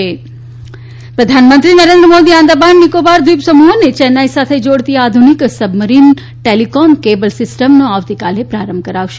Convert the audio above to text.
ીએમ submarine પ્રધાનમંત્રી નરેન્દ્ર મોદી આંદામાન નિકોબાર દ્વિપ સમુહોને ચેન્નાઇ સાથે જોડતી આધુનીક સબમરીન ટેલીફ્રીમ કેબલ સીસ્ટમનો આવતીકાલે પ્રારંભ કરાવશે